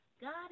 God